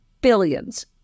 billions